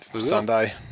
Sunday